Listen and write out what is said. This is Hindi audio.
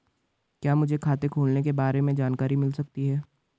क्या मुझे खाते खोलने के बारे में जानकारी मिल सकती है?